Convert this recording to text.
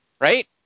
Right